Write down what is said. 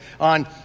on